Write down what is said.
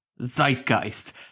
zeitgeist